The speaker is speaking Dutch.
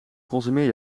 consumeer